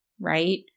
right